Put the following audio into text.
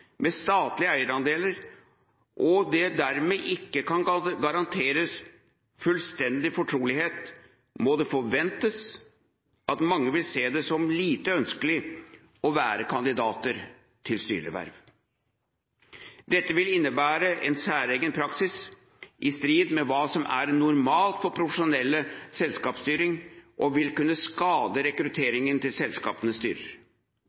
med statlige eierandeler, og det dermed ikke kan garanteres fullstendig fortrolighet, må det forventes at mange vil se det som lite ønskelig å være kandidater til styreverv. Dette vil innebære en særegen praksis i strid med hva som er normalt for profesjonell selskapsstyring og vil kunne skade rekrutteringen til selskapenes styrer.